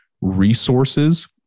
resources